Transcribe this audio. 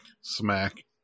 smack